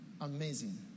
Amazing